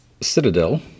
Citadel